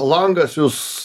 langas jis